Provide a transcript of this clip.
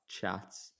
chats